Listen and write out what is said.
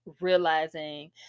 realizing